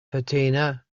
fatima